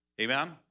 Amen